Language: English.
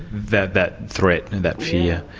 that that threat, that fear.